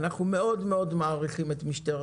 אנחנו מאוד מאוד מעריכים את משטרת